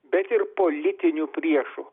bet ir politiniu priešu